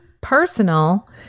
personal